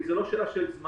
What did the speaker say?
כי זו לא שאלה של זמן,